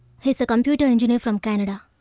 he is a computer engineer from canada.